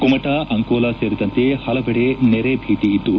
ಕುಮಟಾ ಅಂಕೋಲಾ ಸೇರಿದಂತೆ ಹಲವೆಡೆ ನೆರೆ ಭೀತಿ ಇದ್ದು